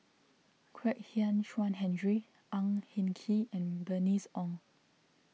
Kwek Hian Chuan Henry Ang Hin Kee and Bernice Ong